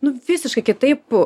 nu visiškai kitaip